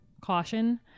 caution